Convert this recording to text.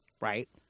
Right